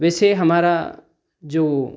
वैसे हमारा जो